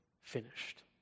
finished